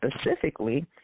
specifically